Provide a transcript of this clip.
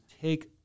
take